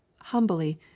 humbly